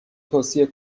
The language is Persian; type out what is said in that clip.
توصیه